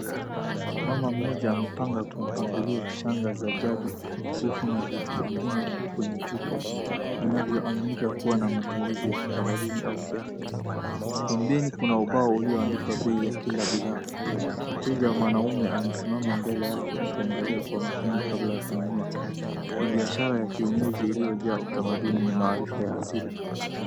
Mama mmoja amepanga kwa mpangilio shanga za jadi, mikufu na vitu vingine kwenye chupa vinavyoaminika kuwa na matumizi ya kitamaduni au kiafya. Pembeni, kuna ubao ulioandikwa bei ya kila bidhaa. Mteja mwanaume amesimama mbele yake akiangalia kwa makini kabla ya kununua. Ni biashara ya kienyeji iliyojaa utamaduni na maarifa ya asili.